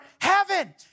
heaven